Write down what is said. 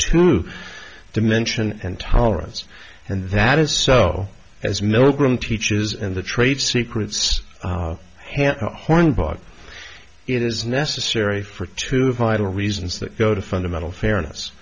two dimension and tolerance and that is so as milgram teaches in the trade secrets horn bought it is necessary for two vital reasons that go to fundamental fairness